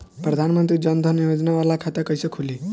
प्रधान मंत्री जन धन योजना वाला खाता कईसे खुली?